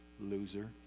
loser